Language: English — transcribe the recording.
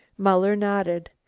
muller nodded.